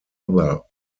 other